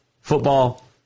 Football